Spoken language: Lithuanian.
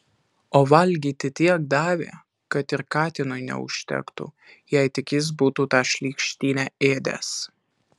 o valgyti tiek davė kad ir katinui neužtektų jei tik jis būtų tą šlykštynę ėdęs